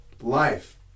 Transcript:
life